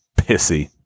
Pissy